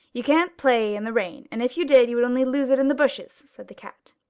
you can't play in the rain, and if you did, you would only lose it in the bushes said the cat.